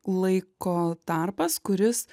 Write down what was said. laiko tarpas kuris